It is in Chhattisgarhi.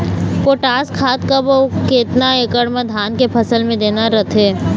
पोटास खाद कब अऊ केतना एकड़ मे धान के फसल मे देना रथे?